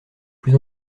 plus